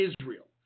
Israel